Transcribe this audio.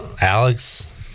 Alex